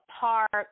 park